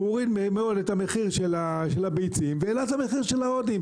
הוא הוריד את המחיר של הביצים והעלה את המחיר של ההודים,